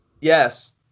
yes